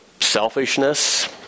selfishness